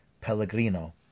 Pellegrino